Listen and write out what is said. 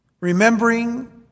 Remembering